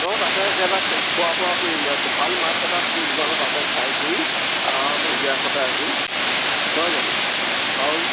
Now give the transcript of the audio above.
অঁ তাতে একেবাৰে খোৱা বোৱা কৰিম ভাল মাছ এটা মানে তাতে খাই কৰি আৰামত জিৰাই শঁতাই আহিম নহয় জানো চাউল